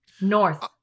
North